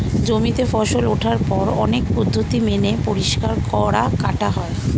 জমিতে ফসল ওঠার পর অনেক পদ্ধতি মেনে পরিষ্কার করা, কাটা হয়